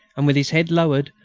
and with his head lowered,